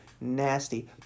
nasty